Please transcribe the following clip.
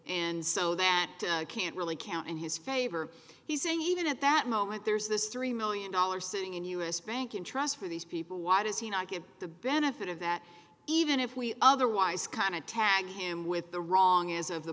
and so that can't really count in his favor he's saying even at that moment there's this three million dollars sitting in us bank in trust for these people why does he not get the benefit of that even if we otherwise kind of tag him with the wrong as of the